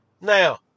Now